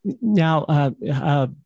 Now